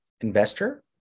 investor